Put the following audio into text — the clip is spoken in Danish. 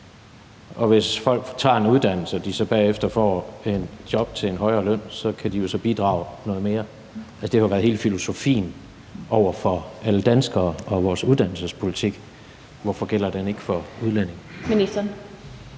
Og hvis folk tager en uddannelse og de så bagefter får et job til en højere løn, kan de jo så bidrage noget mere. Altså, det har jo været hele filosofien over for alle danskere og i vores uddannelsespolitik. Hvorfor gælder den ikke for udlændinge? Kl.